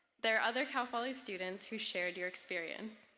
there are other cal poly students who shared your experience.